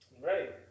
right